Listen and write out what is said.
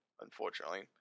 unfortunately